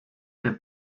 que